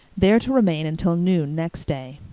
there to remain until noon next day.